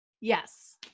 Yes